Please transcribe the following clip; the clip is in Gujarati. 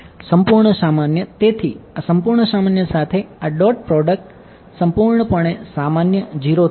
સંપૂર્ણ સામાન્ય તેથી આ સંપૂર્ણ સામાન્ય સાથે આ ડોટ પ્રોડક્ટ સંપૂર્ણપણે સામાન્ય 0 થશે